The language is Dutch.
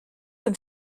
een